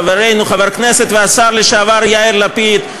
חברנו חבר הכנסת והשר לשעבר יאיר לפיד,